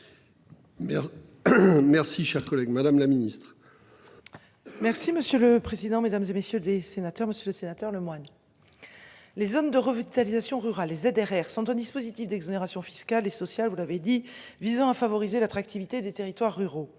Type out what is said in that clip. Merci cher collègue. Madame la Ministre. Merci monsieur le président, Mesdames, et messieurs les sénateurs, Monsieur le Sénateur Lemoine. Les zones de revitalisation rurale, les ZRR sont dispositif d'exonération fiscale et sociale, vous l'avez dit visant à favoriser l'attractivité des territoires ruraux.